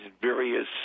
various